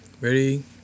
ready